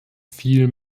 viel